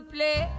Play